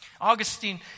Augustine